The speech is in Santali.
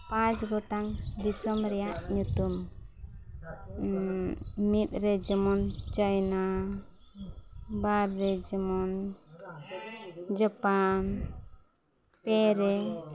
ᱯᱟᱸᱪ ᱜᱚᱴᱟᱝ ᱫᱤᱥᱚᱢ ᱨᱮᱭᱟᱜ ᱧᱩᱛᱩᱢ ᱢᱤᱫ ᱨᱮ ᱡᱮᱢᱚᱱ ᱪᱟᱭᱱᱟ ᱵᱟᱨ ᱨᱮ ᱡᱮᱢᱚᱱ ᱡᱟᱯᱟᱱ ᱯᱮ ᱨᱮ